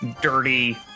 dirty